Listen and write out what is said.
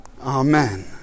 Amen